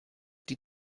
die